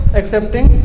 accepting